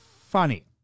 funny